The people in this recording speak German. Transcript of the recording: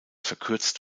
verkürzt